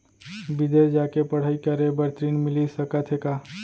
बिदेस जाके पढ़ई करे बर ऋण मिलिस सकत हे का?